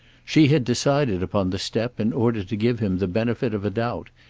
she had decided upon the step in order to give him the benefit of a doubt,